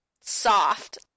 soft